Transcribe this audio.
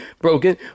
broken